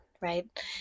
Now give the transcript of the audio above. Right